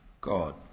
God